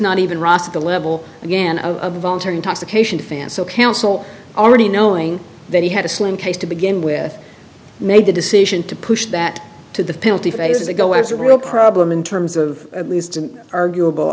not even ross the level again of voluntary intoxication fan so counsel already knowing that he had a slim case to begin with made the decision to push that to the penalty phase is a go as a real problem in terms of at least an arguable